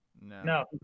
No